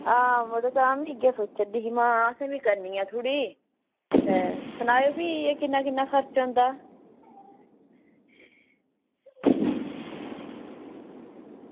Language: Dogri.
आ मड़ो आमीं इयै सोचा दी ही की असें बी करनी ऐ थोह्ड़ी ते सनाओ भी एह् किन्ना किन्ना खर्चा होंदा